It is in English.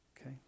Okay